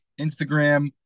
Instagram